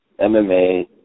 MMA